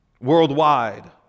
Worldwide